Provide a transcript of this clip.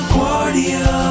Guardia